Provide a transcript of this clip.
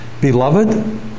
Beloved